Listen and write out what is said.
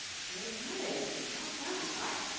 very good. well done. all right.